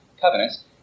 covenants